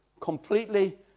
completely